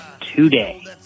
today